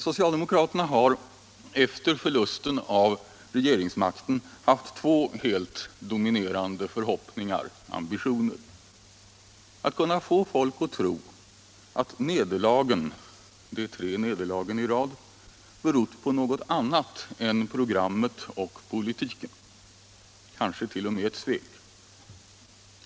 Socialdemokraterna har efter förlusten av regeringsmakten haft två helt dominerande förhoppningar och ambitioner. Den första ambitionen har varit att få folk att tro att nederlagen — de tre nederlagen i rad —- berott på något annat än programmet och politiken, kanske t.o.m. på ett svek.